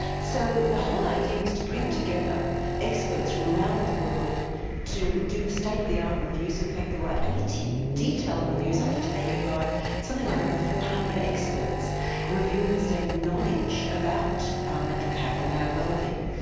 so the whole idea was to bring together experts from around the world to do state of the art reviews. in fact there were eighty detailed reviews undertaken by something like over four hundred experts reviewing the state of knowledge about our mental capital and our wellbeing.